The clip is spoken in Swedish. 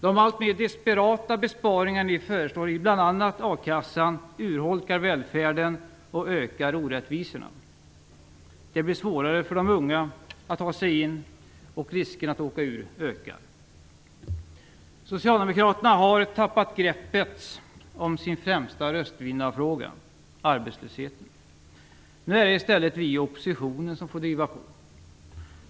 De alltmer desperata besparingar ni föreslår i bl.a. a-kassan urholkar välfärden och ökar orättvisorna. Det blir svårare för de unga att ta sig in, och risken att åka ur ökar. Socialdemokraterna har tappat greppet om sin främsta röstvinnarfråga - arbetslösheten. Nu är det i stället vi i oppositionen som får driva på.